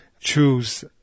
choose